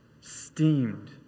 steamed